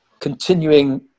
continuing